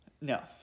No